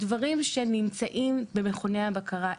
הדברים שנמצאים במכוני הבקרה,